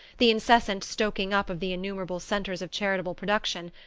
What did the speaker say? the incessant stoking-up of the innumerable centres of charitable production,